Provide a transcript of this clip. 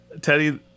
Teddy